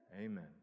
Amen